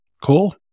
Cool